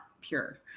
pure